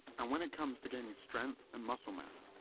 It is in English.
and when it comes to gaining strength and muscle mass,